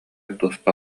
туспа